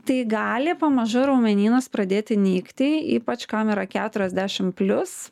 tai gali pamažu raumenynas pradėti nykti ypač kam yra keturiasdešim plius